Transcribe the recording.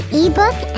ebook